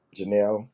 Janelle